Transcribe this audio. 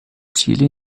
chile